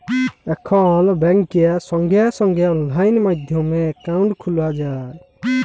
এখল ব্যাংকে সঙ্গে সঙ্গে অললাইন মাধ্যমে একাউন্ট খ্যলা যায়